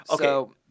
Okay